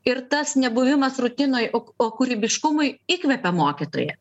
ir tas nebuvimas rutinoj o kūrybiškumui įkvepia mokytoją